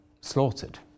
slaughtered